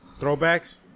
Throwbacks